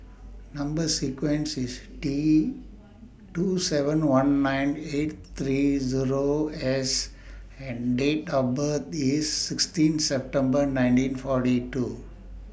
Number sequence IS T two seven one nine eight three Zero S and Date of birth IS sixteen September nineteen forty two